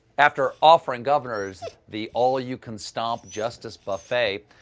after offering governors the all-you-can-stomp justice buffet,